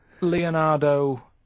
Leonardo